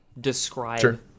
describe